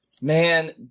Man